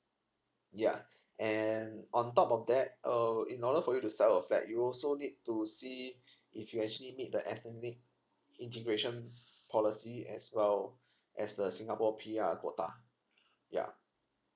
yeah and on top of that uh in order for you to sell your flat you'll also need to see if you actually meet the ethnic integration policy as well as the singapore P R quota yeah